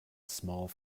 small